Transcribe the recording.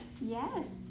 Yes